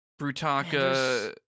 Brutaka